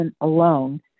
alone